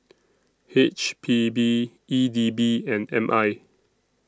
H P B E D B and M I